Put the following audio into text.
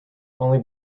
only